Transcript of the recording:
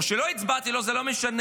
או שלא הצבעתי לו, זה לא משנה,